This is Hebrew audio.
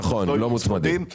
נכון, לא יהיו מוצמדים.